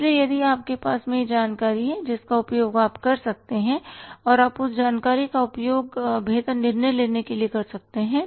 इसलिए यदि आपके पास वह जानकारी है जिसका उपयोग आप कर सकते हैं और आप उस जानकारी का उपयोग बेहतर निर्णय लेने के लिए कर सकते हैं